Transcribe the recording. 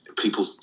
people